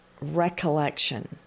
recollection